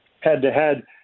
head-to-head